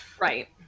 Right